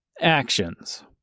actions